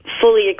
fully